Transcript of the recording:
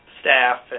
staff